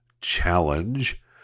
challenge